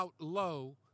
outlow